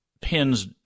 pins